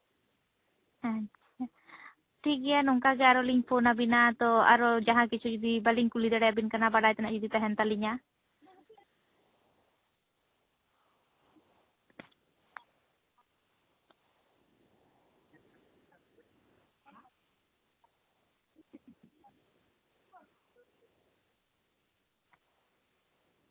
ᱦᱮᱸ ᱟᱪᱪᱷᱟ ᱴᱷᱤᱠᱜᱮᱭᱟ ᱱᱚᱝᱠᱟᱜᱮ ᱟᱨᱚ ᱞᱤᱧ ᱯᱷᱳᱱᱟᱵᱤᱱᱟ ᱦᱮᱸᱛᱚ ᱟᱨᱚ ᱡᱟᱦᱟᱸᱠᱤᱪᱷᱩ ᱡᱩᱫᱤ ᱟᱨᱚ ᱵᱟᱞᱤᱧ ᱠᱩᱞᱤ ᱫᱟᱲᱮᱭᱟᱵᱤᱱ ᱠᱟᱱᱟ ᱵᱟᱰᱟᱭ ᱛᱮᱱᱟᱜ ᱡᱩᱫᱤ ᱛᱟᱦᱮᱱ ᱛᱟᱹᱞᱤᱧᱟ